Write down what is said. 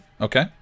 Okay